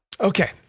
Okay